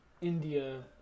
India